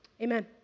Amen